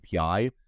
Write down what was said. API